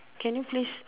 can you please